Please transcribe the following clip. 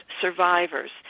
survivors